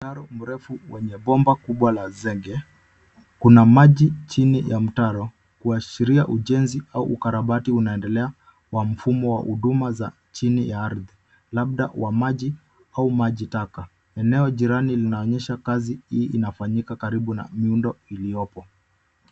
Mtaro mrefu wenye bomba kubwa la zege. Kuna maji chini ya mtaro kuashiria ujenzi au ukarabati unaendelea wa mfumo wa huduma za chini ya ardhi labda wa maji au majitaka. Eneo jirani linaonesha kazi hii inafanyika karibu na miundo iliyopo.